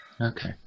Okay